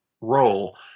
role